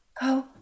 go